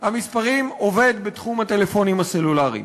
המספרים עובד בתחום הטלפונים הסלולריים.